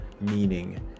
meaning